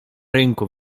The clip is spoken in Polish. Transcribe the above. rynku